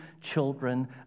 children